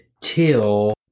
Till